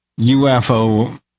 UFO